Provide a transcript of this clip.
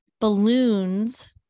balloons